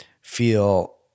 feel